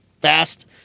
fast